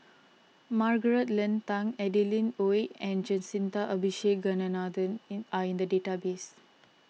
Margaret Leng Tan Adeline Ooi and Jacintha Abisheganaden in are in the database